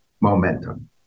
momentum